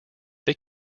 they